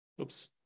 Oops